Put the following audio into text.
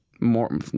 More